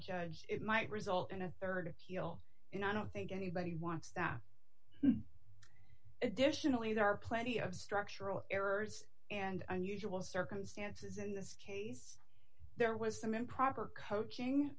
judge it might result in a rd of he'll and i don't think anybody wants that additionally there are plenty of structural errors and unusual circumstances in this case there was some improper coaching